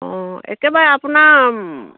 অঁ একেবাৰে আপোনাৰ